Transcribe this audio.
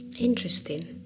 Interesting